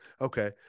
Okay